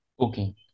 okay